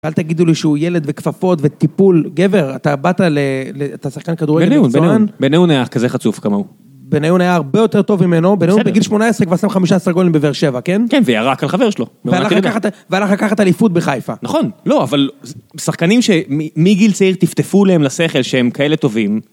אל תגידו לי שהוא ילד וכפפות וטיפול, גבר, אתה באת, אתה שחקן כדורגל מצוין? בניון היה כזה חצוף כמוהו. בניון היה הרבה יותר טוב ממנו. בניון בגיל 18 כבר שם 15 גולים בבאר שבע, כן? כן, וירק על חבר שלו. והלך לקחת אליפות בחיפה. נכון, לא, אבל שחקנים שמגיל צעיר טפטפו להם לשכל שהם כאלה טובים.